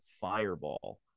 Fireball